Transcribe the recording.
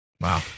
Wow